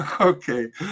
Okay